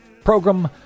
program